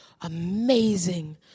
amazing